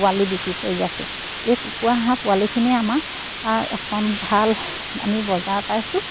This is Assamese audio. পোৱালি বিক্ৰী কৰি আছো এই কুকুৰা হাঁহ পোৱালিখিনিয়ে আমাৰ এখন ভাল আমি বজাৰ পাইছোঁ